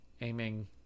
aiming